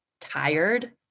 tired